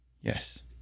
Yes